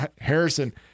Harrison